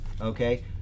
okay